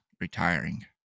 retiring